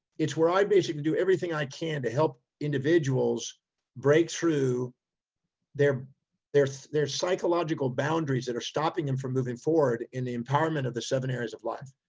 it's where i basically do everything i can to help individuals break through their their psychological boundaries that are stopping them from moving forward in the empowerment of the seven areas of life.